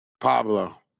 Pablo